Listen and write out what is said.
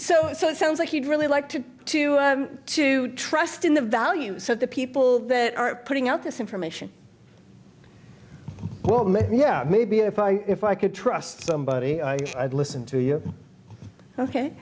so so it sounds like you'd really like to to to trust in the values so the people that are putting out this information well yeah maybe if i if i could trust somebody i'd listen to you ok